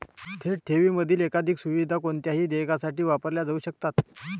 थेट ठेवींमधील एकाधिक सुविधा कोणत्याही देयकासाठी वापरल्या जाऊ शकतात